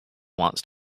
wants